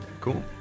cool